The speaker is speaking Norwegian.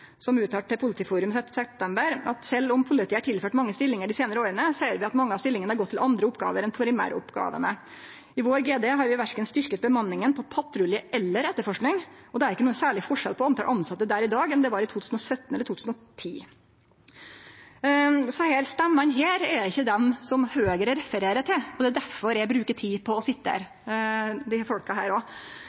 september: «Selv om politiet er tilført mange stillinger de senere årene, ser vi at mange av stillingene har gått til andre oppgaver enn primæroppgavene. I vår GDE har vi hverken styrket bemanningen på patrulje eller etterforskning, og det er ikke noe særlig forskjell på antall ansatte der i dag, enn det var i 2017 eller 2010.» Desse stemmene er ikkje dei Høgre refererer til. Det er derfor eg bruker tid på å sitere desse folka. Poenget vårt i Senterpartiet er at vi må lytte til dei mange stemmene som tør å kritisere, og